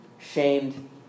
shamed